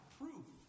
proof